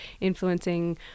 influencing